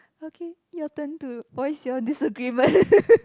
okay your turn to voice your disagreement